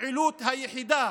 הפעילות היחידה,